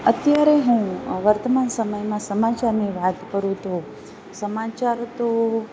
અત્યારે હું વર્તમાન સમયમાં સમાચારની વાત કરું તો સમાચાર તો